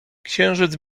księżyc